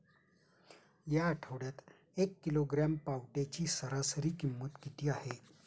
या आठवड्यात एक किलोग्रॅम पावट्याची सरासरी किंमत किती आहे?